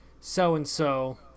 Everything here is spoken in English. so-and-so